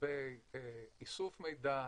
לגבי איסוף מידע,